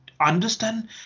understand